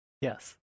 Yes